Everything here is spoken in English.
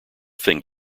thing